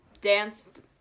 danced